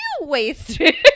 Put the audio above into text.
wasted